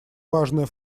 важная